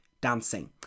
dancing